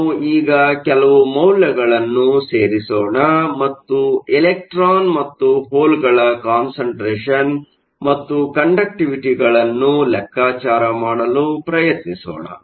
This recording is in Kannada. ನಾವು ಈಗ ಕೆಲವು ಮೌಲ್ಯಗಳನ್ನು ಸೇರಿಸೊಣ ಮತ್ತು ಎಲೆಕ್ಟ್ರಾನ್ ಮತ್ತು ಹೋಲ್ಗಳ ಕಾನ್ಸಂಟ್ರೇಷನ್ ಮತ್ತು ಕಂಡಕ್ಟಿವಿಟಿಗಳನ್ನು ಲೆಕ್ಕಾಚಾರ ಮಾಡಲು ಪ್ರಯತ್ನಿಸೋಣ